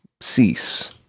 cease